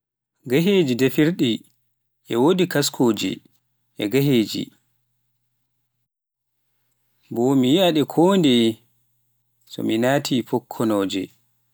geheyi ji defirɗi e wodi kaskooje, gehejee boo myieea nde kondeye mi naati fukkonoje